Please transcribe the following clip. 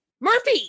Murphy